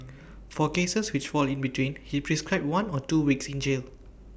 for cases which fall in between he prescribed one or two weeks in jail